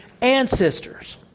ancestors